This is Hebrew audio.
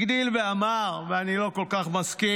הגדילו ואמרו, ואני לא כל כך מסכים,